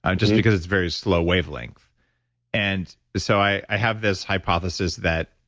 um just because it's very slow wavelength and so, i have this hypothesis that,